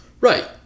Right